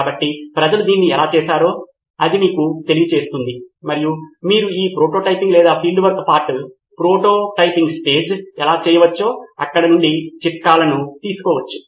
కాబట్టి ప్రజలు దీన్ని ఎలా చేశారో అది మీకు తెలియజేస్తుంది మరియు మీరు ఈ ప్రోటోటైపింగ్ లేదా field work part prototyping stage ఎలా చేయవచ్చో అక్కడ నుండి చిట్కాలను తీసుకోవచ్చు